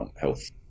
health